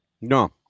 No